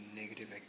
negative